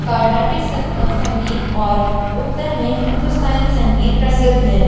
Carnatic संगीत और उत्तर में हिंदुस्तानी संगीत प्रसिद्ध हैं